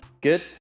Good